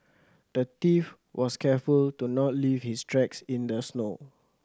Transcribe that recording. the thief was careful to not leave his tracks in the snow